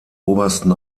obersten